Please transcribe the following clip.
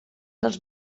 dels